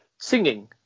Singing